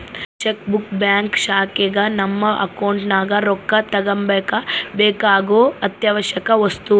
check book bank ಶಾಖೆಗ ನಮ್ಮ ಅಕೌಂಟ್ ನಗ ರೊಕ್ಕ ತಗಂಬಕ ಬೇಕಾಗೊ ಅತ್ಯಾವಶ್ಯವಕ ವಸ್ತು